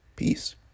Peace